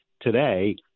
Today